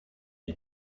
est